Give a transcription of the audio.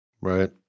right